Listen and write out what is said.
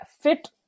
fit